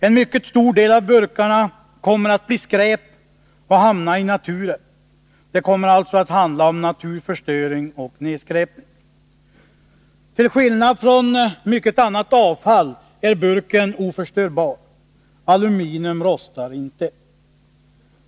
En mycket stor del av burkarna kommer att bli skräp och hamna i naturen. Det kommer alltså att handla om naturförstöring och nedskräpning. Till skillnad från mycket annat avfall är burken oförstörbar — aluminium rostar inte.